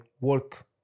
work